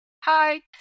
hi